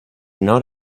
not